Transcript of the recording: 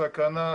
הסכנה,